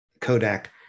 Kodak